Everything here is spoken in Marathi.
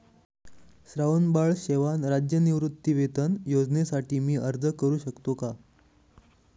श्रावणबाळ सेवा राज्य निवृत्तीवेतन योजनेसाठी मी अर्ज करू शकतो का?